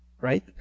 right